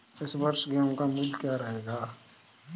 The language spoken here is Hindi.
इस वर्ष गेहूँ का मूल्य क्या रहेगा?